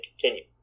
continue